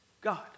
God